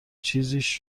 چیزیش